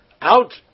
out